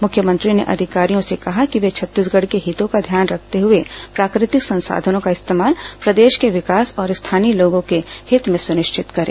मुख्यमंत्री ने अधिकारियों से कहा कि वे छत्तीसगढ़ के हितों का ध्यान रखते हुए प्राकृतिक संसाधनों का इस्तेमाल प्रदेश के विकास और स्थानीय लोगों के हित में सुनिश्चित करें